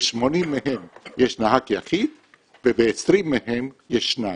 ב-80 מהם יש נהג יחיד וב-20 מהם יש שניים,